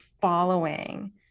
following